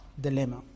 dilemma